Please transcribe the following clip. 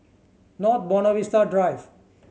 North Buona Vista Drive